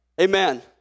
amen